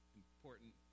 important